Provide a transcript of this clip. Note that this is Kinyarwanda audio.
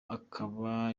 akaba